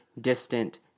distant